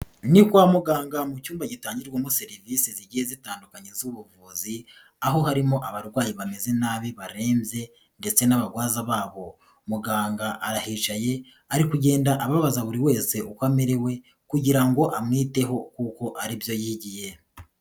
Ni kwa muganga mu cyumba gitangirwamo serivisi zigiye zitandukanye z'ubuvuzi, aho harimo abarwayi bameze nabi, barenze ndetse n'abarwaza babo. Muganga arahicaye, arikugenda ababaza buri wese uko amerewe kugira ngo amwiteho kuko aribyo yigiye.